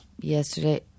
Yesterday